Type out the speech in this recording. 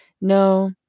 no